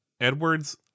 Edward's